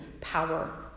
power